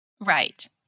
Right